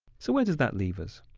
so where does that leave us?